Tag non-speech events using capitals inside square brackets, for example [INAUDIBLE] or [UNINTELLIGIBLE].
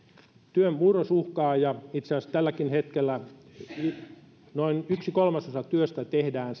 työn murros uhkaa ja itse asiassa tälläkin hetkellä noin yksi kolmasosa työstä tehdään [UNINTELLIGIBLE]